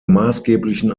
maßgeblichen